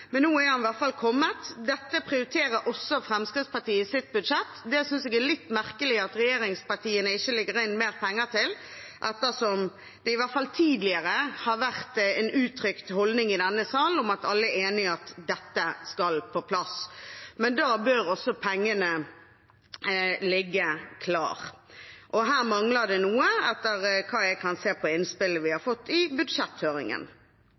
men nå har den i hvert fall kommet. Dette prioriterer også Fremskrittspartiet i sitt budsjett. Jeg synes det er litt merkelig at regjeringspartiene ikke legger inn mer penger til dette, ettersom det i hvert fall tidligere har vært en uttrykt holdning i denne salen om at alle er enig i at dette skal på plass. Men da bør også pengene ligge klare, og her mangler det noe, etter hva jeg kan se i innspillene vi har fått i budsjetthøringen.